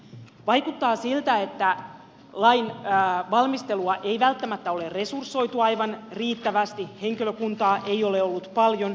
vaikuttaa siltä että lain valmistelua ei välttämättä ole resursoitu aivan riittävästi henkilökuntaa ei ole ollut paljon